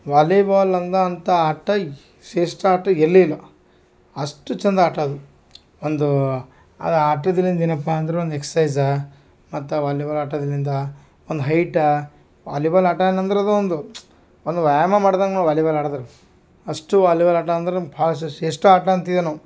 volleyball ಅಂದ ಅಂಥ ಆಟ ಶೇಷ್ಠ ಆಟ ಎಲ್ಲಿಲ್ಲ ಅಷ್ಟು ಚಂದ ಆಟ ಅದು ಒಂದು ಅದು ಆಟದ್ರಿಂದೆನಪ್ಪ ಅಂದ್ರೆ ಒಂದು ಎಕ್ಸೈಸ ಮತ್ತು ಆ ವಾಲಿಬಾಲ್ ಆಟದರಿಂದ ಒಂದು ಹೈಟಾ ವಾಲಿಬಾಲ್ ಆಟ ಅನ್ನೊದ್ರದೊಂದು ಒಂದು ವ್ಯಾಯಾಮ ಮಾಡ್ದಂಗ ವಾಲಿಬಾಲ್ ಆಡೋದ್ರು ಅಷ್ಟು ವಾಲಿಬಾಲ್ ಆಟ ಅಂದ್ರೆ ಭಾಳ ಶೇಷ್ಠ ಆಟ ಅಂತೀವಿ ನಾವು